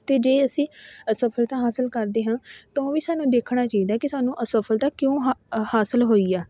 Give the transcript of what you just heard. ਅਤੇ ਜੇ ਅਸੀਂ ਅਸਫਲਤਾ ਹਾਸਿਲ ਕਰਦੇ ਹਾਂ ਤਾਂ ਉਹ ਵੀ ਸਾਨੂੰ ਦੇਖਣਾ ਚਾਹੀਦਾ ਕਿ ਸਾਨੂੰ ਅਸਫਲਤਾ ਕਿਉਂ ਹਾ ਹਾਸਲ ਹੋਈ ਆ